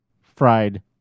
fried